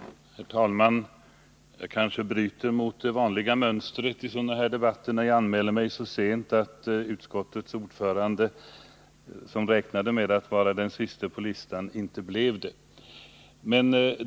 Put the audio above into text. Herr talman! Jag kanske bryter mot det vanliga mönstret i sådana här debatter när jag anmäler mig så sent att utskottets ordförande, som räknat med att vara den siste på talarlistan, inte blev detta.